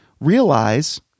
Realize